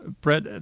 Brett